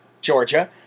Georgia